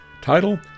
Title